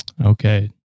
Okay